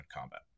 combat